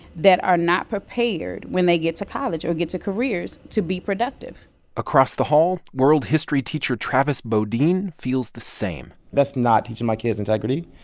that are not prepared when they get to college or get to careers to be productive across the hall, world history teacher travis bouldin feels the same that's not teaching my kids integrity.